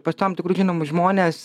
pas tam tikrus žinomus žmones